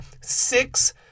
six